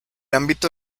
ámbito